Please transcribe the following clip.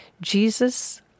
Jesus